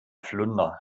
flunder